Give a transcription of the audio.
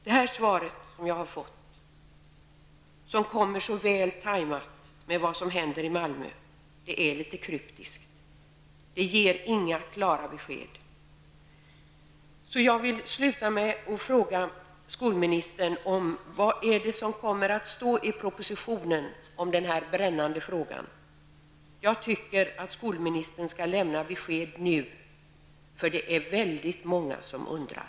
Det svar som jag har fått, som kommer så väl tajmat med det som händer i Malmö, är litet kryptiskt. Det ger inga klara besked. Jag vill därför sluta med att fråga skolministern om vad det är som kommer att stå i propositionen om den här brännande frågan. Jag tycker att skolministern skall lämna besked nu, för det är väldigt många som undrar.